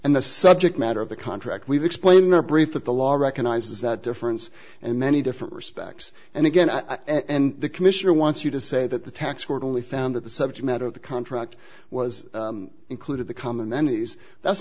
and the subject matter of the contract we've explained in their brief that the law recognizes that difference and many different respects and again i and the commissioner wants you to say that the tax court only found that the subject matter of the contract was included the common enemies that's